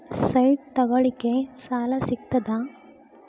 Site ತಗೋಳಿಕ್ಕೆ ಸಾಲಾ ಸಿಗ್ತದಾ?